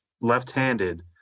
left-handed